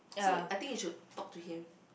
so I think you should talk to him